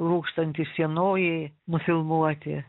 rūkstantys sienojai nufilmuoti